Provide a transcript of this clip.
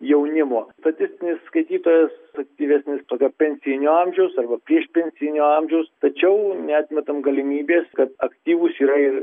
jaunimo statistinis skaitytojas aktyvesnis tokio pensijinio amžiaus arba priešpensijinio amžiaus tačiau neatmetam galimybės kad aktyvūs yra ir